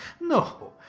no